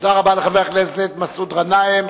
תודה רבה לחבר הכנסת מסעוד גנאים.